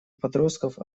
подростков